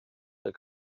der